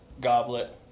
goblet